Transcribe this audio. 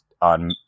on